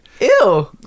Ew